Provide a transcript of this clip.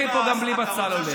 בכי פה גם בלי בצל הולך.